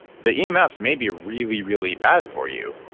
the yeah emfs may be really, really bad for you.